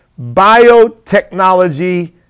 biotechnology